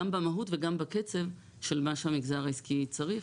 במהות וגם בקצב של מה שהמגזר העסקי צריך.